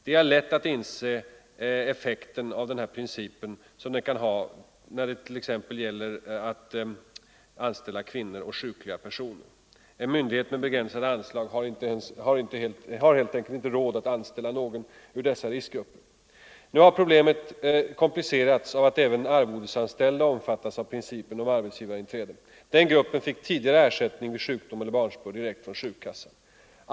Det är lätt att inse vilken effekt principen om arbetsgivarinträde kan ha när det gäller att anställa t.ex. kvinnor och sjukliga personer. En myndighet med begränsade anslag har helt enkelt inte råd att anställa någon ur dessa ”riskgrupper”. Nu har problemet komplicerats av att även arvodesanställda omfattas av principen om arbetsgivarinträde. Den gruppen fick tidigare ersättning vid sjukdom eller barnsbörd direkt från sjukkassan.